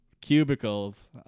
cubicles